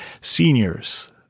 seniors